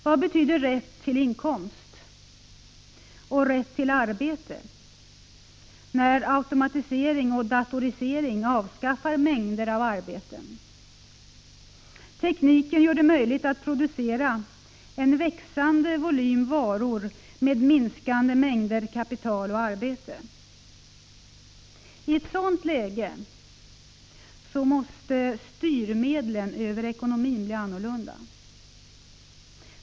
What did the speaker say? Vad betyder rätt till inkomst och rätt till arbete, när automatisering och datorisering avskaffar mängder av arbeten? Tekniken gör det möjligt att producera en växande volym varor med minskande mängder kapital och arbeten. I en sådan situation måste de ekonomiska styrmedlen bli annorlunda.